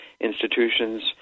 institutions